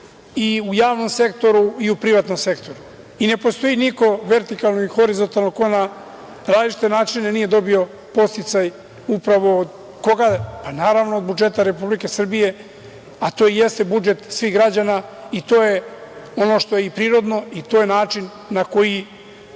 i u javnom sektoru, i u privatnom sektoru. I ne postoji niko vertikalno, ni horizontalno ko na različite načine nije dobio podsticaj upravo od koga, pa naravno, od budžeta Republike Srbije, a to jeste budžet svih građana i to je ono što je i prirodno i to je način na koji